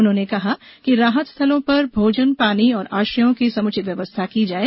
उन्होंने कहा कि राहत स्थलों पर भोजन पानी और आश्रयों की समुचित व्यवस्था की जाये